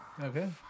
Okay